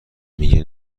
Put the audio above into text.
میگی